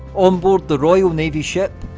onboard the royal navy ship,